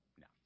No